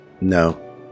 No